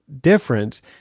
difference